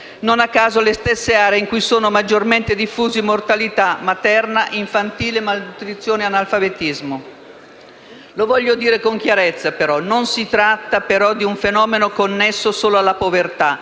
non a caso le stesse aree in cui sono maggiormente diffusi mortalità materna e infantile, malnutrizione, analfabetismo. Lo voglio dire con chiarezza: non si tratta, però, di un fenomeno connesso solo alla povertà,